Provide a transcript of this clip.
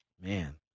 man